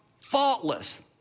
faultless